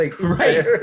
right